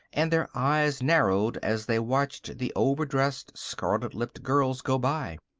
and their eyes narrowed as they watched the overdressed, scarlet-lipped girls go by.